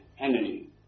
energy